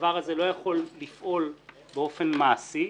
שהדבר הזה לא יכול לפעול באופן מעשי,